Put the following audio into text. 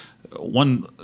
One